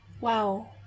Wow